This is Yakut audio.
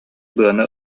быаны